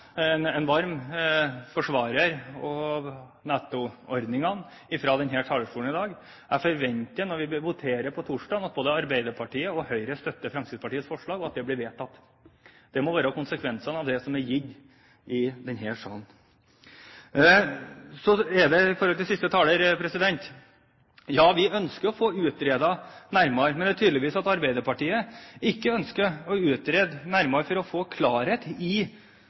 en varm forsvarer av nettoordningen fra denne talerstolen i dag. Jeg forventer når vi voterer på torsdag, at både Arbeiderpartiet og Høyre støtter Fremskrittspartiets forslag, og at det blir vedtatt. Det må være konsekvensene av det som er sagt i denne salen. Når det gjelder siste taler, vil jeg si at vi ønsker å få utredet nærmere, men det er tydelig at Arbeiderpartiet ikke ønsker å utrede nærmere for å få klarhet i